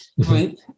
group